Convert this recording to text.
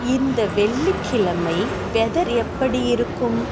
இந்த வெள்ளிக்கிழமை வெதர் எப்படி இருக்கும்